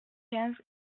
quinze